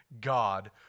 God